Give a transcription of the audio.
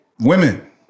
Women